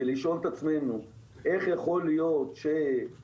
ולשאול את עצמנו איך יכול להיות שאנחנו